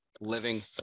living